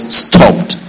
stopped